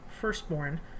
firstborn